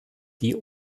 die